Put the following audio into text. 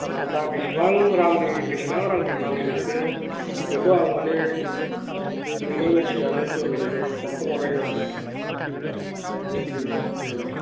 आरो दा बेसेबां रांनि बेसेबां रांनि माल सोखो बेखौ आं माने नोंनियाव मिथिजानो लुबैनानै फनखौ हरनाय जादों आरो फंबाय देलाय